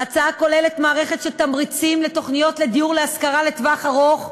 ההצעה כוללת מערכת של תמריצים לתוכניות לדיור להשכרה לטווח ארוך,